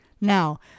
Now